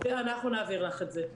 אנחנו נעביר לך את זה.